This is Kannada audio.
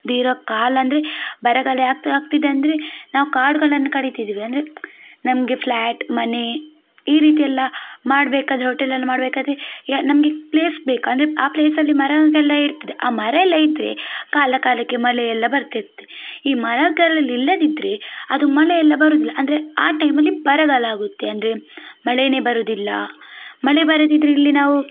ಇರೋ ಕಾಲ ಅಂದರೆ ಬರಗಾಲ ಯಾಕೆ ಆಗ್ತಿದೆ ಅಂದರೆ ನಾವು ಕಾಡುಗಳನ್ನು ಕಡಿತಿದ್ದೀವಿ ಅಂದರೆ ನಮಗೆ ಫ್ಲ್ಯಾಟ್ ಮನೆ ಈ ರೀತಿ ಎಲ್ಲ ಮಾಡಬೇಕಾದ್ರೆ ಹೋಟೆಲನ್ನು ಮಾಡಬೇಕಾದ್ರೆ ಯಾ ನಮಗೆ ಪ್ಲೇಸ್ ಬೇಕು ಅಂದರೆ ಆ ಪ್ಲೇಸಲ್ಲಿ ಮರ ಎಲ್ಲ ಇರ್ತದೆ ಆ ಮರ ಎಲ್ಲ ಇದ್ದರೆ ಕಾಲ ಕಾಲಕ್ಕೆ ಮಳೆ ಎಲ್ಲ ಬರ್ತಿರ್ತೆ ಈ ಮರಗಳು ಇಲ್ಲದಿದ್ದರೆ ಅದು ಮಳೆ ಎಲ್ಲ ಬರುವುದಿಲ್ಲ ಅಂದರೆ ಆ ಟೈಮಲ್ಲಿ ಬರಗಾಲ ಆಗುತ್ತೆ ಅಂದರೆ ಮಳೆಯೇ ಬರುವುದಿಲ್ಲ ಮಳೆ ಬರದಿದ್ದರೆ ಇಲ್ಲಿ ನಾವು